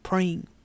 Praying